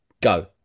Go